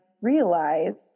realized